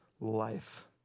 life